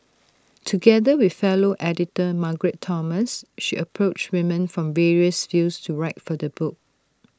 together with fellow editor Margaret Thomas she approached women from various fields to write for the book